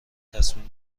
تصمیم